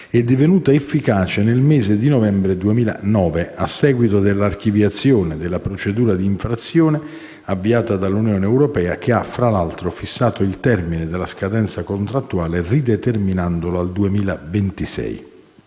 e divenuta efficace nel mese di novembre 2009 a seguito dell'archiviazione della procedura di infrazione avviata dall'Unione europea, che ha tra l'altro fissato il termine della scadenza contrattuale rideterminandolo al 2026.